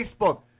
Facebook